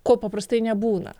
ko paprastai nebūna